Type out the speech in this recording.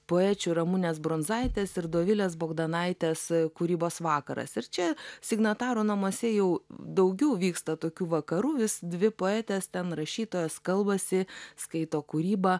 poečių ramunės brundzaitės ir dovilės bagdonaitės kūrybos vakaras ir čia signatarų namuose jau daugiau vyksta tokių vakarų vis dvi poetės ten rašytojos kalbasi skaito kūrybą